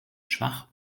schwach